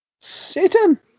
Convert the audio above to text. Satan